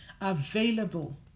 available